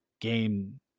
game